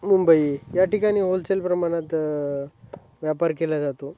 मुंबई या ठिकाणी होलसेल प्रमाणात व्यापार केला जातो